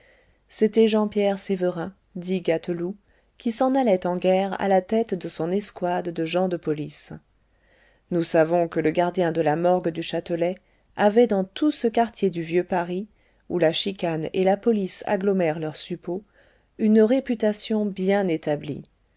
c'était jean pierre sévérin dit gâteloup qui s'en allait en guerre à la tête de son escouade de gens de police nous savons que le gardien de la morgue du châtelet avait dans tout ce quartier du vieux paris où la chicane et la police agglomèrent leurs suppôts une réputation bien établie